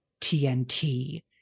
TNT